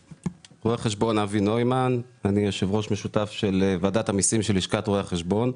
אני יושב-ראש משותף של ועדת המיסים של לשכת רואי החשבון.